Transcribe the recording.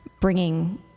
bringing